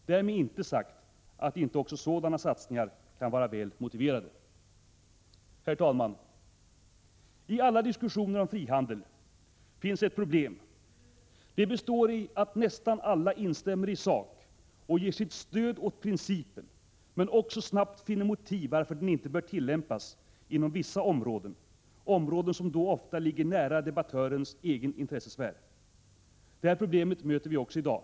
Därmed inte sagt, att inte också sådana satsningar kan vara väl motiverade. Herr talman! I alla diskussioner om frihandel finns ett problem. Det består i att nästan alla instämmer i sak och ger sitt stöd åt principen men också snabbt finner motiv varför den inte bör tillämpas inom vissa områden; områden som då ofta ligger nära debattörens egen intressesfär. Det här problemet möter vi också i dag.